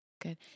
Good